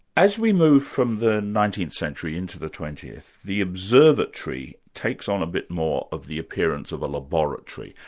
as we move from the nineteenth century into the twentieth, the observatory takes on a bit more of the appearance of a laboratory.